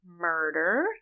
murder